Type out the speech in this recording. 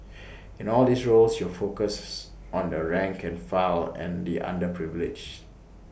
in all these roles your focus is on the rank and file and the underprivileged